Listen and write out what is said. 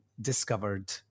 discovered